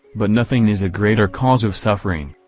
but nothing is a greater cause of suffering.